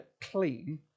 clean